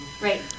Right